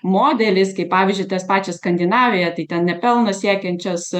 modelis kaip pavyzdžiui tos pačios skandinavija tai ten ne pelno siekiančios